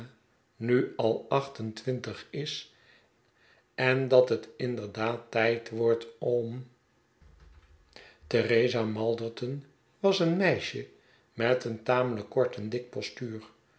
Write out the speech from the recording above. nu al acht en twintig is en dat het inderdaad tijd wordt om theresa malderton was een meisje met een tamelijk kort en dik postuur